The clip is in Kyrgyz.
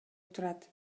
турат